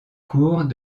cours